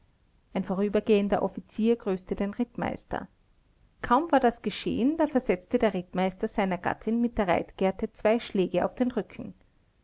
ein vorübergehender offizier grüßte den rittmeister kaum war das geschehen da versetzte der rittmeister seiner gattin mit einer reitgerte zwei schläge auf den rücken